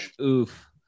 oof